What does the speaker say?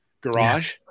Garage